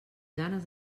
ganes